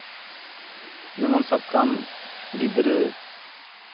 ᱡᱮᱢᱚᱱ ᱥᱟᱵ ᱠᱟᱢ ᱜᱤᱫᱽᱨᱟᱹ